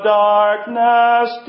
darkness